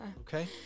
Okay